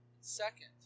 second